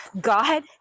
God